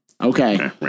Okay